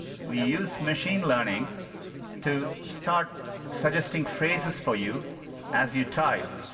we use machine learning to start suggesting phrases for you as you type.